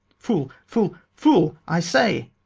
fool, fool, fool, i say!